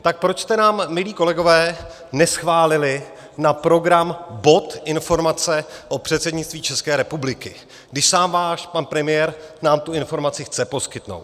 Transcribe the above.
Tak proč jste nám, milí kolegové, neschválili na program bod informace o předsednictví České republiky, když sám váš pan premiér nám tu informaci chce poskytnout.